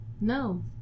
No